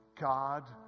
God